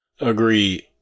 Agreed